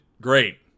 great